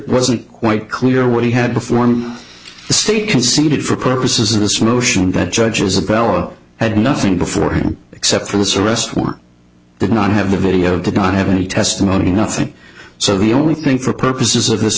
wasn't quite clear what he had before the state conceded for purposes of this motion that judge isabella had nothing before him except for this arrest warrant did not have the video did not have any testimony nothing so the only thing for purposes of this